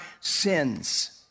sins